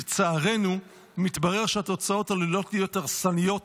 לצערנו, מתברר שהתוצאות עלולות להיות הרסניות